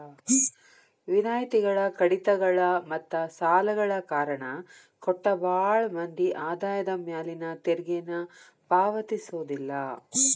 ವಿನಾಯಿತಿಗಳ ಕಡಿತಗಳ ಮತ್ತ ಸಾಲಗಳ ಕಾರಣ ಕೊಟ್ಟ ಭಾಳ್ ಮಂದಿ ಆದಾಯದ ಮ್ಯಾಲಿನ ತೆರಿಗೆನ ಪಾವತಿಸೋದಿಲ್ಲ